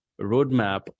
roadmap